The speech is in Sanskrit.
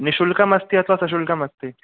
निशुल्कमस्ति अथवा सशुल्कमस्ति